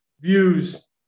views